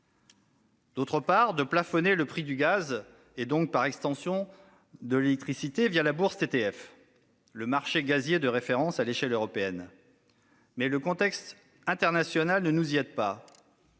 également de plafonner le prix du gaz, et donc par extension de l'électricité, la bourse TTF, le marché gazier de référence à l'échelle européenne, mais le contexte international ne nous y aide pas.